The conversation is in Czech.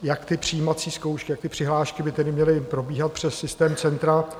Jak přijímací zkoušky, tak přihlášky by tedy měly probíhat přes systém Centra.